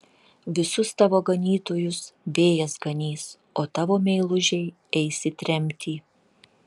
visus tavo ganytojus vėjas ganys o tavo meilužiai eis į tremtį